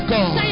God